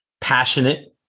passionate